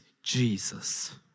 Jesus